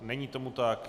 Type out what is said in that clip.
Není tomu tak.